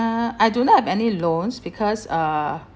uh I do not have any loans because uh